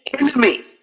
enemy